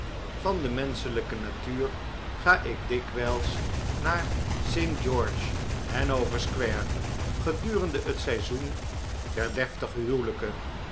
van de menschelijke natuur ga ik dikwijls naar st george's hanover square gedurende het seizoen der deftige huwelijken